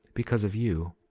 because of you,